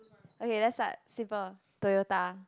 okay let's start simple Toyota